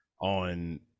on